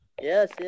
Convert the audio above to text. Yes